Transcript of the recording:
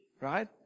right